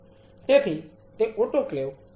તેથી તે ઓટોક્લેવ બહુવિધ પ્રકારોના હોઈ શકે છે